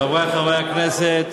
חברי חברי הכנסת,